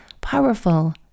powerful